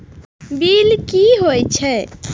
Bill की हौए छै?